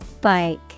Bike